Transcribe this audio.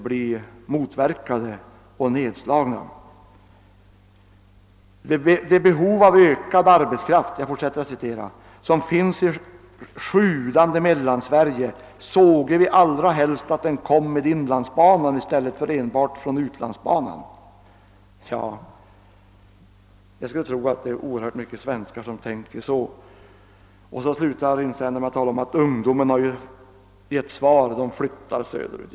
Jag fortsätter att citera: »Det behov av ökad arbetskraft som finns i sjudande Mellansverige såge vi allra helst att den kom med Inlandsbanan, i stället för enbart från utlandsbanan.» Jag skulle tro att det finns oerhört många svenskar som tänker så. Så slutar insändaren med att säga, att ungdomarna har givit sitt svar — de flyttar söderut.